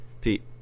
Pete